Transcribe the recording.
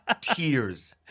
tears